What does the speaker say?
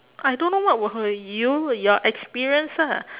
I don't know what would her you your experience ah